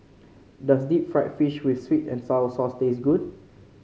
does Deep Fried Fish with sweet and sour sauce taste good